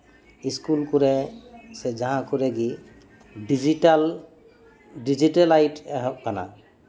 school ᱠᱚᱨᱮ ᱥᱮ ᱡᱟᱸᱦᱟ ᱠᱚᱨᱮ ᱜᱮ ᱰᱤᱡᱤᱴᱟᱞ ᱰᱤᱡᱤᱴᱟᱞᱟᱭᱤᱴ ᱮᱦᱚᱵ ᱟᱠᱟᱱᱟ